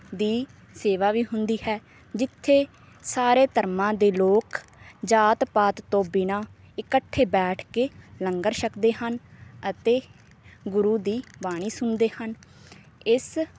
ਦੀ ਸੇਵਾ ਵੀ ਹੁੰਦੀ ਹੈ ਜਿੱਥੇ ਸਾਰੇ ਧਰਮਾਂ ਦੇ ਲੋਕ ਜਾਤ ਪਾਤ ਤੋਂ ਬਿਨਾ ਇਕੱਠੇ ਬੈਠ ਕੇ ਲੰਗਰ ਛਕਦੇ ਹਨ ਅਤੇ ਗੁਰੂ ਦੀ ਬਾਣੀ ਸੁਣਦੇ ਹਨ ਇਸ